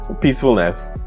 peacefulness